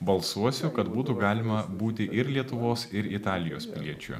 balsuosiu kad būtų galima būti ir lietuvos ir italijos piliečiu